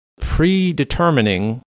predetermining